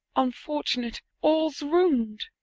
unfortunate all's ruined.